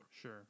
Sure